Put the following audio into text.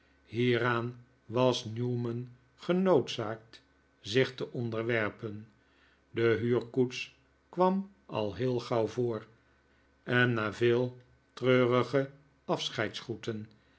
hieraan was newman genoodzaakt zich te onderwerpen de huurkoets kwam al heel gauw voor en na veel treurige